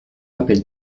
rappelle